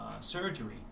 surgery